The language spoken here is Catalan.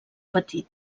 petit